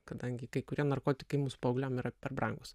kadangi kai kurie narkotikai mūsų paaugliam yra per brangūs